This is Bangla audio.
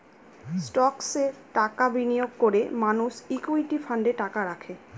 স্টকসে টাকা বিনিয়োগ করে মানুষ ইকুইটি ফান্ডে টাকা রাখে